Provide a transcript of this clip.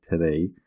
today